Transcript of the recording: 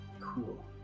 Cool